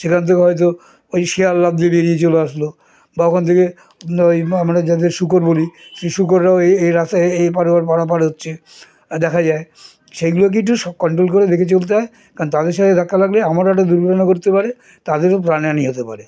সেখান থেকে হয়তো ওই শেয়াল লাফ দিয়ে বেরিয়ে চলে আসলো বা ওখান থেকে ওই আমরা যাতে শুকর বলি সেই শুকররাও এই এই রাস্তায় এই পাড়া পাড়া পাড়ে হচ্ছে দেখা যায় সেগুলোকে একটু সব কন্ট্রোল করে দেখে চলতে হয় কারণ তাদের সাথে ধাক্কা লাগলে আমার ওটা দুর্গ করতে পারে তাদেরও প্রাণী আনি হতে পারে